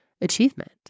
achievement